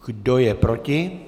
Kdo je proti?